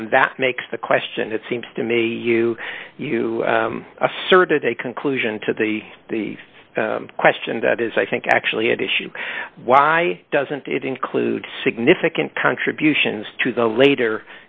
and that makes the question it seems to me you you asserted a conclusion to the question that is i think actually at issue why doesn't it include significant contributions to the later